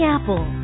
Apple